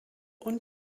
und